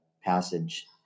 passage